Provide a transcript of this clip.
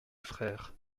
frères